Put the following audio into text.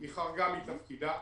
היא חרגה מתפקידה.